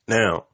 now